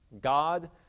God